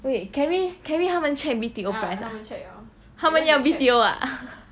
wait ken mi ken mi 他们 check B_T_O price ah 他们要 B_T_O ah